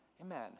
Amen